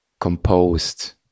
composed